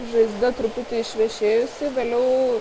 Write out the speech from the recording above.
žaizda truputį išvešėjusi vėliau